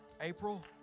April